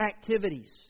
activities